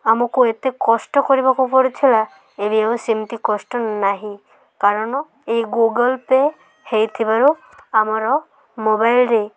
ଆମକୁ ଏତେ କଷ୍ଟ କରିବାକୁ ପଡ଼ୁଥିଲା ଏବେ ଆଉ ସେମିତି କଷ୍ଟ ନାହିଁ କାରଣ ଏଇ ଗୁଗଲ୍ ପେ' ହେଇଥିବାରୁ ଆମର ମୋବାଇଲ୍ରେ